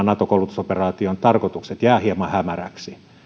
nato koulutusoperaation tarkoitukset jäävät hieman hämäräksi